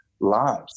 Lives